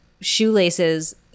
shoelaces